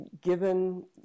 given